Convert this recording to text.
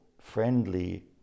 friendly